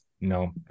No